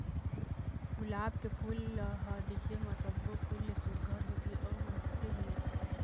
गुलाब के फूल ल ह दिखे म सब्बो फूल ले सुग्घर होथे अउ महकथे घलोक